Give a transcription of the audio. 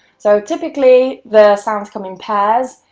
so, typically the sounds come in pairs,